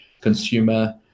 consumer